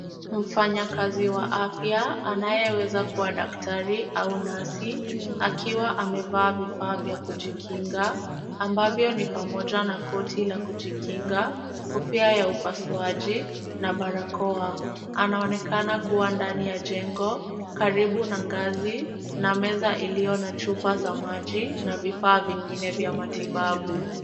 Mfanyakazi wa afya anayeweza kuwa daktari au nasi akiwa amevaa vifaa vya kujikinga ambavyo ni pamoja na koti la kujikinga, kofia ya upasuaji na barakoa. Anaonekana kuwa ndani ya jengo karibu na ngazi na meza iliyo na chupa za maji na vifaa vingine vya matibabu.